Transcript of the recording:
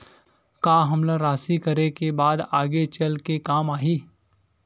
का हमला राशि करे के बाद आगे चल के काम आही?